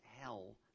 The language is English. hell